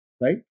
right